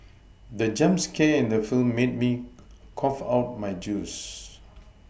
the jump scare in the film made me cough out my juice